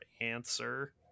Answer